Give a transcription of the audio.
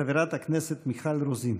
חברת הכנסת מיכל רוזין.